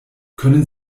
können